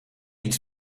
iets